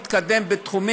יהודית דמוקרטית בטוחה.